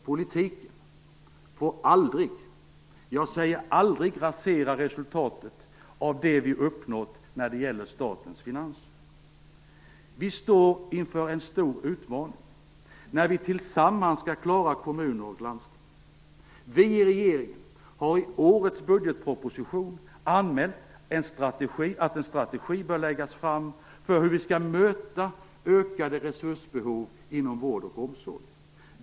Politiken får aldrig rasera resultatet av det vi uppnått när det gäller statens finanser. Vi står inför en stor utmaning när vi tillsammans skall klara kommuner och landsting. Vi i regeringen har i årets budgetproposition anmält att en strategi bör läggas fram för hur vi skall möta ökade resursbehov inom vård och omsorg.